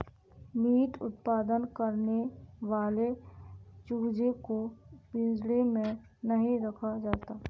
meet उत्पादन करने वाले चूजे को पिंजड़े में नहीं रखा जाता